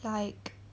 like